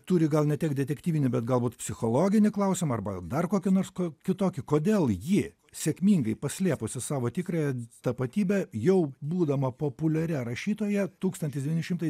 turi gal ne tiek detektyvinį bet galbūt psichologinį klausimą arba dar kokį nors kitokį kodėl ji sėkmingai paslėpusi savo tikrąją tapatybę jau būdama populiaria rašytoja tūkstantis devyni šimtai